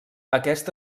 aquest